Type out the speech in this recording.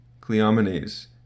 Cleomenes